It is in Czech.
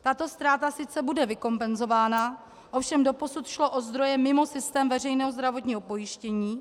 Tato ztráta sice bude vykompenzována, ovšem doposud šlo o zdroje mimo systém veřejného zdravotního pojištění.